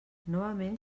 novament